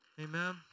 Amen